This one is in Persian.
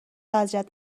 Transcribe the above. اذیت